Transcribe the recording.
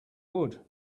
wood